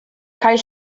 cael